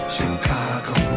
Chicago